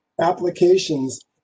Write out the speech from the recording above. applications